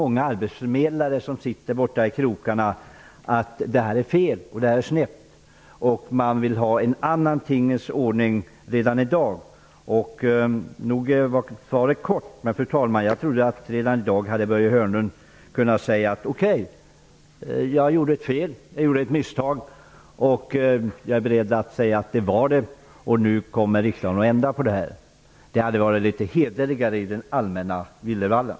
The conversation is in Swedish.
Många arbetsförmedlare ute i krokarna tycker att nu rådande förhållanden är felaktiga och vill ha en annan tingens ordning redan i dag. Fru talman! Svaret var kort, och jag tycker att Börje Hörnlund redan i dag hade kunnat säga att han gjorde ett misstag och att han nu är beredd att låta riksdagen ändra på detta. Det hade varit litet hederligare i den allmänna villervallan.